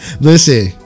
Listen